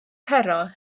pero